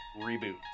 reboot